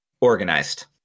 organized